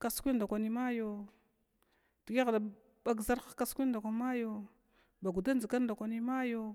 kaskwing ndakwa mayo dgi dabag ʒarhan kaskwin bagudadʒga mayo bagudadʒga mayo.